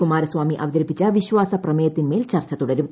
കുമാരസ്വാമി അവതരിപ്പിച്ച വിശ്വാസ പ്രമേയത്തിൻമേൽ ചർച്ച തുടരും